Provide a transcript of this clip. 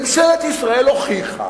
ממשלת ישראל הוכיחה